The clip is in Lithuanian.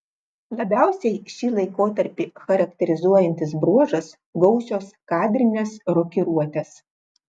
labiausiai šį laikotarpį charakterizuojantis bruožas gausios kadrinės rokiruotės